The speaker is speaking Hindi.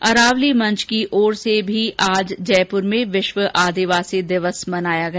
अरावली विचार मंच की ओर से भी आज जयपुर में विश्व आदिवासी दिवस मनाया गया